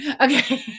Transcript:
Okay